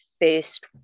first